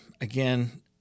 Again